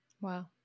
Wow